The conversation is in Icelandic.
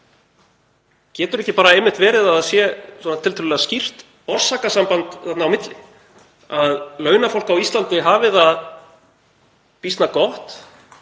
Getur ekki einmitt verið að það sé tiltölulega skýrt orsakasamband þarna á milli, að launafólk á Íslandi hafi það býsna gott